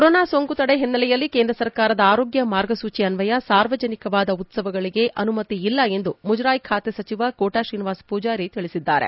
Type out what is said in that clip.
corona ಸೋಂಕು ತಡೆ ಹಿನ್ನೆಲೆಯಲ್ಲಿ ಕೇಂದ್ರ ಸರ್ಕಾರದ ಆರೋಗ್ಯ ಮಾರ್ಗಸೂಚಿ ಅನ್ವಯ ಸಾರ್ವಜನಿಕವಾದ ಉತ್ಸವಗಳಿಗೆ ಅನುಮತಿ ಇಲ್ಲ ಎಂದು ಮುಜರಾಯಿ ಖಾತೆ ಸಚಿವ ಕೋಟಾ ಶ್ರೀನಿವಾಸ ಪೂಜಾರಿ ತಿಳಿಸಿದ್ದಾರೆ